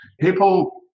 People